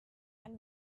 and